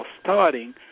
starting